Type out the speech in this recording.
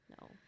No